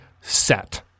set